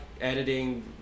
editing